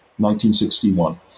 1961